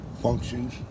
functions